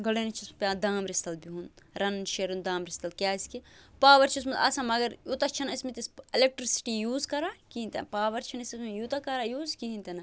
گۄڈٕنٮ۪تھ چھُس پٮ۪وان دامرِس تَل بِہُن رَنُن شیرُن دامرِس تل کیٛازِکہِ پاوَر چھُ اوسمُت آسان مگر یوٗتاہ چھِنہٕ ٲسمٕتۍ ایٚلٮ۪کٹرٛسِٹی یوٗز کَران کِہیٖنۍ تہِ نہٕ پاوَر چھِنہٕ أسمٕتۍ یوٗتاہ کَران یوٗز کِہیٖنۍ تہِ نہٕ